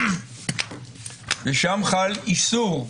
ששם חל איסור,